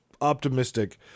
optimistic